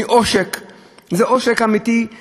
זה עצמו חלק מהדברים כשאנחנו נפגשים,